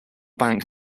bank